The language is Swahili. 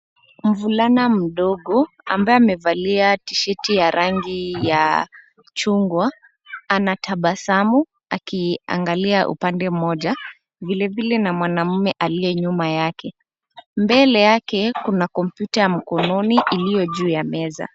Mvulana mdogo ambaye amevalia tisheti ya rangi ya chungwa anatabasamu akiangalia upande mmoja vile vile na mwanaume aliye nyuma yake. Mbele yake kuna kompyuta ya mkononi iliyo juu ya meza.